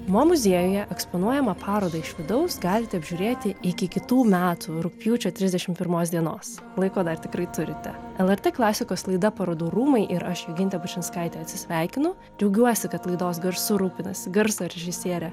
mo muziejuje eksponuojamą parodą iš vidaus galite apžiūrėti iki kitų metų rugpjūčio trisdešimt pirmos dienos laiko dar tikrai turite lrt klasikos laida parodų rūmai ir aš jogintė bučinskaitė atsisveikinu džiaugiuosi kad laidos garsu rūpinasi garso režisierė